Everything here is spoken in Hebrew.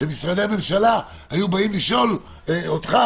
שמשרדי הממשלה היו באים לשואל אותך,